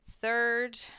third